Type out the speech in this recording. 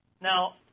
Now